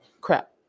Crap